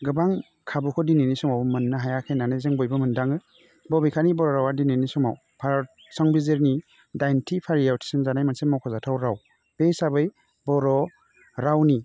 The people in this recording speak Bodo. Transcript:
गोबां खाबुखौ दिनैनि समाव मोन्नो हायाखै होनानै जों बयबो मोनदाङो बबेखानि बर' रावा दिनैनि समाव भिरत संबिजितनि डाइथि फारियाव थिसनजानाय मोनसे मख'जाथाव राव बे हिसाबै बर' रावनि